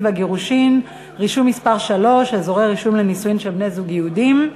והגירושין (רישום) (מס' 3) (אזורי רישום לנישואין של בני-זוג יהודים),